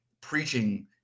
preaching